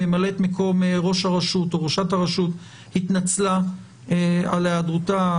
ממלאת מקום ראש הרשות או ראשת הרשות התנצלה על היעדרותה,